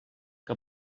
que